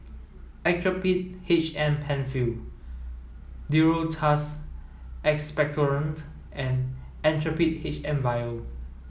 Actrapid H M Penfill Duro Tuss Expectorant and Actrapid H M Vial